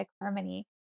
harmony